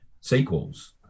sequels